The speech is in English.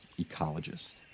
ecologist